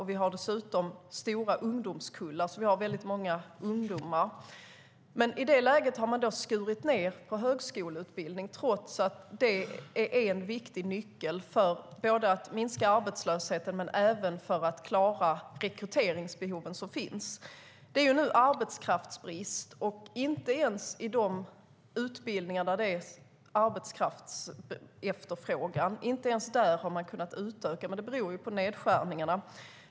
Vi har dessutom stora ungdomskullar. Vi har alltså väldigt många ungdomar. Men i det läget har man skurit ned på högskoleutbildning, trots att det är en viktig nyckel för att minska arbetslösheten men även för att klara de rekryteringsbehov som finns. Det är nu arbetskraftsbrist, och inte ens när det gäller de utbildningar där det är arbetskraftsefterfrågan har man kunnat utöka. Det beror på nedskärningarna.